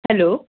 hello